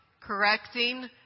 correcting